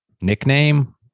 nickname